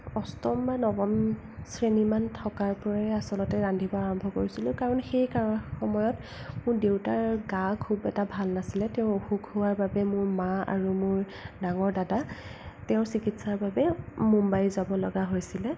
অষ্টম বা নৱম শ্ৰেণীমান থকাৰ পৰাই আচলতে ৰান্ধিবলৈ আৰম্ভ কৰিছিলোঁ কাৰণ সেই সময়ত মোৰ দেউতাৰ গা খুব এটা ভাল নাছিলে তেওঁৰ অসুখ হোৱাৰ বাবে মোৰ মা আৰু মোৰ ডাঙৰ দাদা তেওঁৰ চিকিৎসাৰ বাবে মুম্বাই যাবলগা হৈছিলে